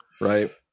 Right